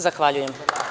Zahvaljujem.